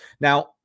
Now